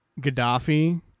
gaddafi